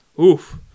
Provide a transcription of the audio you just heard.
Oof